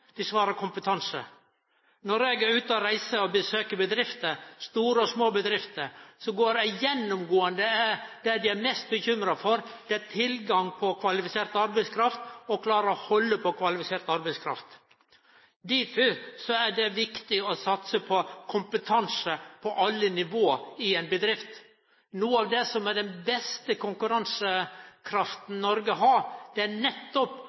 dei ikkje skatt – dei svara kompetanse. Når eg er ute og reiser og besøkjer bedrifter, store og små bedrifter, er det gjennomgåande at det dei er mest bekymra for, er tilgang på kvalifisert arbeidskraft og å klare å halde på kvalifisert arbeidskraft. Difor er det viktig å satse på kompetanse på alle nivå i bedrifta. Den beste konkurransekrafta Noreg har, er nettopp